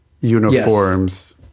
uniforms